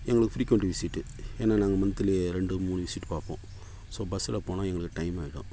எங்களுக்கு frequent visit ஏன்னால் நாங்கள் மன்த்லி ரெண்டு மூணு விசிட் பார்ப்போம் ஸோ பஸ்ஸில் போனால் எங்களுக்கு டைம் ஆகிடும்